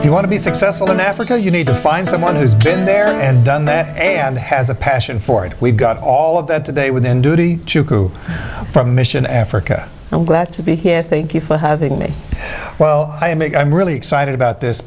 you want to be successful in africa you need to find someone who's been there and done that and has a passion for it we've got all of that today with and duty chukwu from mission africa and glad to be here thank you for having me well i make i'm really excited about this